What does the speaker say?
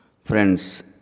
Friends